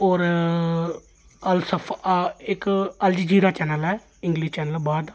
होर अलसफा इक अलजजीरा चैनल ऐ इंग्लिश चैनल ऐ बाह्र दा